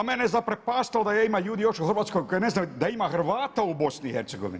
A mene je zaprepastilo da ima ljudi još u Hrvatskoj koji ne znaju da ima Hrvata u BiH.